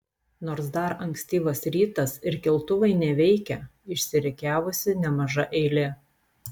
nors dar ankstyvas rytas ir keltuvai neveikia išsirikiavusi nemaža eilė